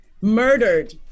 murdered